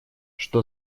что